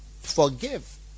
forgive